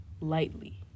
lightly